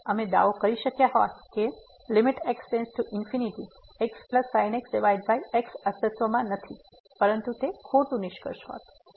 અને અમે દાવો કરી શક્યા હોત કે xsin x x અસ્તિત્વમાં નથી પરંતુ તે ખોટું નિષ્કર્ષ હોત